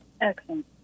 Excellent